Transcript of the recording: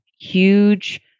huge